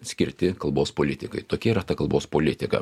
skirti kalbos politikai tokia yra ta kalbos politika